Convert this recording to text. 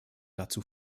dazu